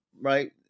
right